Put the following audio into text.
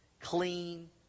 clean